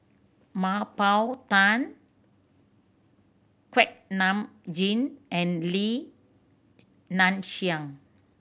Mah Bow Tan Kuak Nam Jin and Li Nanxing